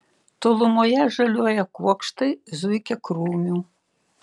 tolumoje žaliuoja kuokštai zuikiakrūmių